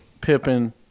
Pippen